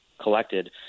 collected